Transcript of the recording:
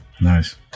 Nice